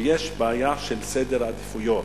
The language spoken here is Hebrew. ויש בעיה של סדר עדיפויות.